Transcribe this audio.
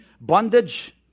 bondage